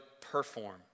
perform